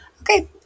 okay